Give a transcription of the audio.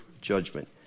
judgment